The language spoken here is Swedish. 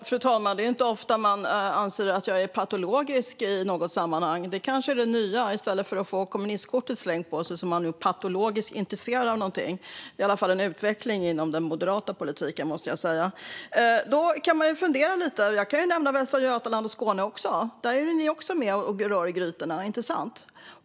Fru talman! Det är inte ofta man anser att jag är patologisk. Det kanske är det nya. I stället för att jag får kommunistkortet slängt på mig är jag nu patologiskt intresserad av något. Det är i alla fall en utveckling inom den moderata politiken, måste jag säga. Jag kan nämna Västra Götaland och Skåne också. Där är ni också med och rör i grytorna, inte sant?